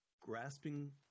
grasping